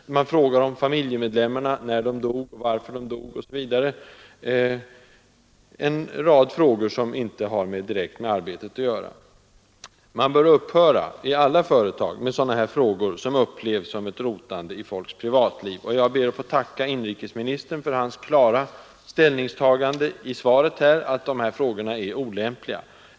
De frågar om familjemedlemmarna, när de dog, vad de dog av osv. — en rad frågor som inte har direkt med arbetet att göra. Alla företag bör upphöra med att ställa sådana frågor som innebär ett rotande i folks privatliv. Jag ber att få tacka för inrikesministerns klara ställningstagande i svaret, att frågor av denna typ är olämpliga.